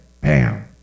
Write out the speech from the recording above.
bam